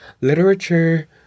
Literature